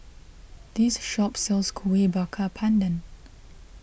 this shop sells Kueh Bakar Pandan